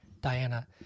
Diana